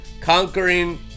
conquering